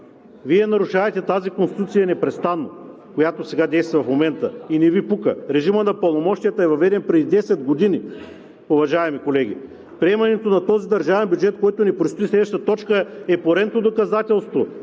нарушавате тази Конституция, която действа в момента, и не Ви пука. Режимът на пълномощията е въведен преди 10 години, уважаеми колеги. Приемането на този държавен бюджет, който ни предстои в следващата точка, е поредното доказателство